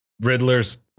Riddler's